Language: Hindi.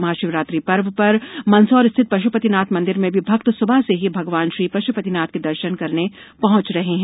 महाशिवरात्रि पर्व पर मंदसौर स्थित पश्पतिनाथ मंदिर में भी भक्त स्बह से ही भगवान श्री पश्पतिनाथ के दर्शन करने पहुंच रहे हैं